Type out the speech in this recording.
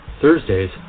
Thursdays